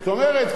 זאת אומרת,